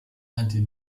anti